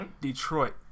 Detroit